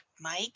Mike